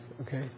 okay